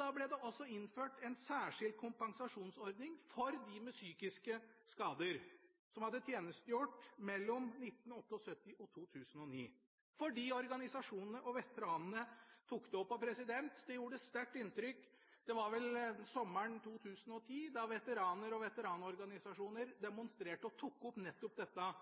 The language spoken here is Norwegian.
Da ble det også innført en særskilt kompensasjonsordning for dem med psykiske skader, og som hadde tjenestegjort mellom 1978 og 2009 – fordi organisasjonene og veteranene tok det opp. Det gjorde sterkt inntrykk – det var vel sommeren 2010 – da veteraner og veteranorganisasjoner demonstrerte og tok opp nettopp dette